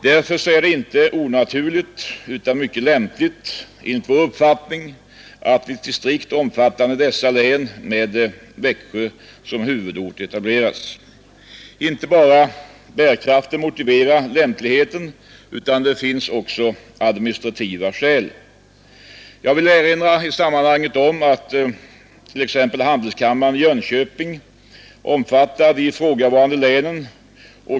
Därför är det inte onaturligt utan mycket lämpligt enligt vår uppfattning att ett distrikt omfattande dessa län med Växjö som huvudort etableras. Inte bara bärkraften motiverar lämpligheten utan det finns också administrativa skäl. Jag vill i sammanhanget erinra om att t.ex. verksamhetsområdet för handelskammaren i Jönköping omfattar de ifrågavarande länen.